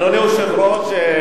אדוני היושב-ראש,